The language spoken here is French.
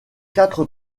quatre